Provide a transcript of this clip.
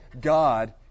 God